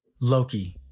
Loki